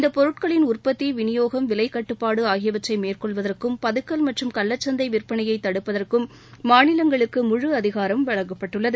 இந்தப் பொருட்களின் உற்பத்தி விநியோகம் விலைக்கட்டுப்பாடு ஆகியவற்றை மேற்கொள்வதற்கும் பதுக்கல் மற்றும் கள்ளக்கந்தை விற்பனையை தடுப்பதற்கும் மாநிலங்களுக்கு முழு அதிகாரம் வழங்கப்பட்டுள்ளது